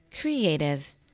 creative